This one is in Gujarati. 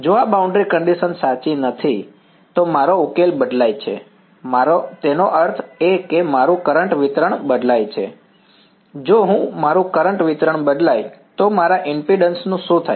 જો આ બાઉન્ડ્રી કંડીશન સાચી નથી તો મારો ઉકેલ બદલાય છે મારા તેનો અર્થ એ કે મારું કરંટ વિતરણ બદલાય છે જો મારું કરંટ વિતરણ બદલાય તો મારા ઈમ્પિડન્સ નું શું થાય